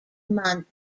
month